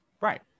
Right